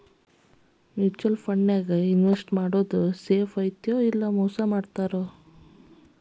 mutual ಫಂಡನ್ಯಾಗ invest ಮಾಡೋದ್ safe ಐತಿ ಇಲ್ಲಾ ಮೋಸ ಮಾಡ್ತಾರಾ